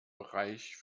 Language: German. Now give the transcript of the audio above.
bereich